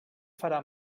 farà